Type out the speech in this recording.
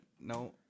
no